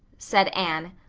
said anne.